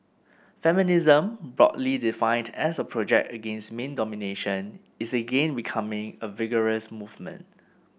feminism broadly defined as a project against man domination is again becoming a vigorous movement